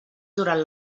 durant